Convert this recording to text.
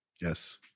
Yes